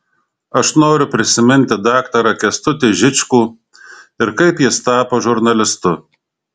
aš noriu prisiminti daktarą kęstutį žičkų ir kaip jis tapo žurnalistu